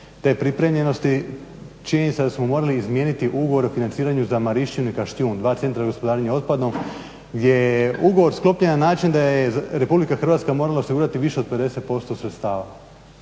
te pripremljenosti. Činjenica da smo morali izmijeniti Ugovor o financiranju za Marišćinu i Kaštjun, dva centra za gospodarenje otpadom gdje je ugovor sklopljen na način da je Republika Hrvatska morala osigurati više od 50% sredstava.